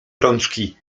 rączki